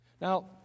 Now